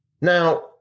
Now